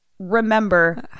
Remember